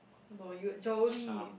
no you Jolie